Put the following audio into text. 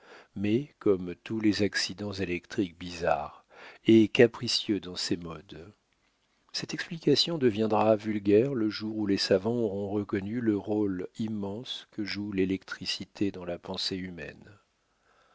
mais comme tous les accidents électriques bizarre et capricieux dans ses modes cette explication deviendra vulgaire le jour où les savants auront reconnu le rôle immense que joue l'électricité dans la pensée humaine